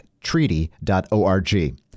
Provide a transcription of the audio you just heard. treaty.org